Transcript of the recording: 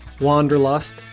Wanderlust